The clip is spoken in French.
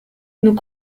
nous